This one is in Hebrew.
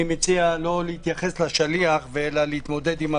אני מציע לא להתייחס לשליח אלא להתמודד עם הבשורה.